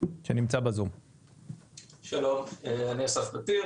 של מכון סטארטאפ ניישן.